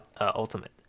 ultimate